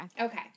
Okay